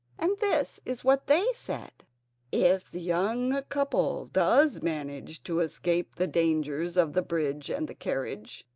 and this is what they said if the young couple does manage to escape the dangers of the bridge and the carriage,